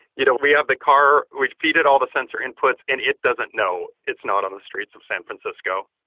you know we have the car, we'd feed it all the sensor inputs and it doesn't know. it's not on the streets of san francisco.